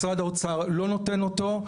משרד האוצר לא נותן אותו,